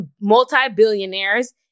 multi-billionaires